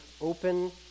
open